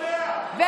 חבר הכנסת קריב.